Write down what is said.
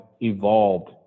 evolved